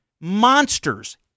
Monsters